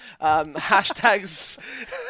Hashtags